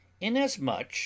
Inasmuch